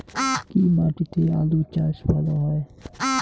কি মাটিতে আলু চাষ ভালো হয়?